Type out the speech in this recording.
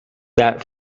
that